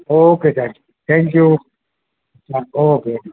okay સાહેબ thank you હા okay okay